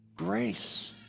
grace